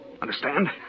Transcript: Understand